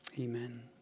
amen